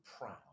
proud